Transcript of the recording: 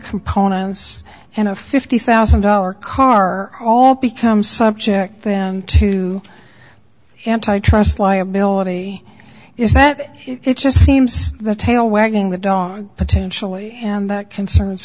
components and a fifty thousand dollar car all becomes subject them to anti trust liability is that it just seems the tail wagging the dog potentially and that concerns